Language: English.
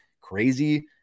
crazy